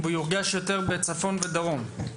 הוא יורגש יותר בצפון ובדרום.